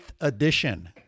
edition